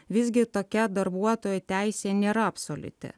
visgi tokia darbuotojo teisė nėra absoliuti